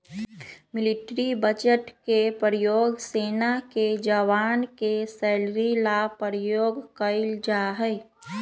military budget के प्रयोग सेना के जवान के सैलरी ला प्रयोग कइल जाहई